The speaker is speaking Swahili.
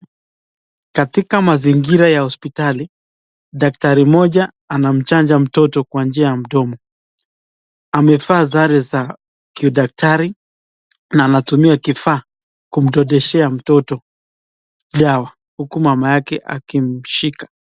Katika mazingira ya hospitali, daktari mmoja anamchanja mtoto kwa njia ya mdomo. Amevaa sare za kidaktari na anatumia kifaa kumdondoshea mtoto dawa huku mama yake akimshika.